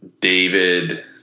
David